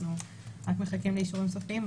אנחנו רק מחכים לאישורים סופיים,